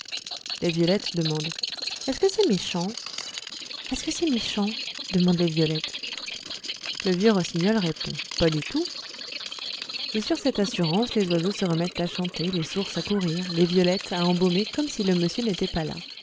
les violettes demandent est-ce que c'est méchant est-ce que c'est méchant demandent les violettes le vieux rossignol répond pas du tout et sur cette assurance les oiseaux se remettent à chanter les sources à courir les violettes à embaumer comme si le monsieur n'était pas là